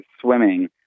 swimming